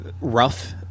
rough